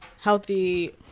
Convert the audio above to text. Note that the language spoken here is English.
healthy